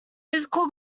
physical